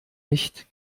nicht